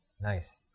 Nice